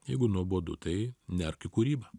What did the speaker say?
jeigu nuobodu tai nerk į kūrybą